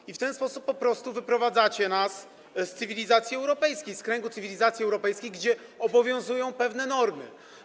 I w ten sposób po prostu wyprowadzacie nas z cywilizacji europejskiej, z kręgu cywilizacji europejskiej, gdzie obowiązują pewne normy.